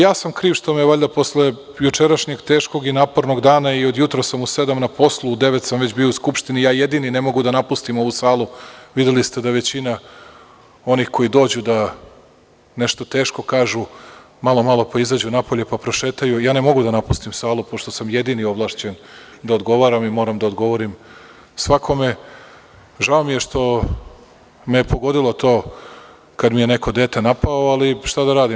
Ja sam kriv što me je valjda posle jučerašnjeg teškog i napornog dana, i od jutros sam od sedam na poslu, u devet sam već bio u Skupštini, ja jedini ne mogu da napustim ovu salu, videli ste da većina onih koji dođu da nešto teško kažu malo, malo, pa izađu napolje, pa prošetaju, ja ne mogu da napustim salu pošto sam jedini ovlašćen da odgovaram i moram da odgovorim svakome, žao mi je što me je pogodilo to kada mi je neko dete napao, ali šta da radim.